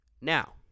Now